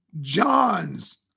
John's